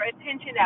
attention